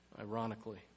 ironically